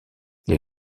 les